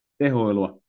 tehoilua